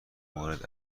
مورد